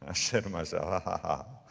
i said to myself, aha,